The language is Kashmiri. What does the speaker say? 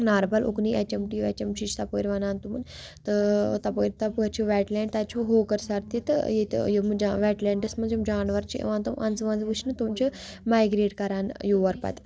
ناربَل اُکنُے ایچ ایم ٹی ویج ایم ٹی چھِ اَسہِ تَپٲرۍ وَنان تِمَن تہٕ تَپٲری تَپٲرۍ چھِ ویٹ لینٛڈ تَتہِ چھُ ہوکَر سَر تہِ تہٕ ییٚتہِ یِم جا ویٹ لینٛڈَس منٛز یِم جانوَر چھِ یِوان تِم اَنٛزٕ ونٛزٕ وٕچھنہٕ تِم چھِ مایگرٛیٹ کَران یور پَتہٕ